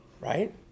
right